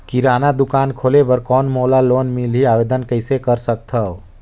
किराना दुकान खोले बर कौन मोला लोन मिलही? आवेदन कइसे कर सकथव?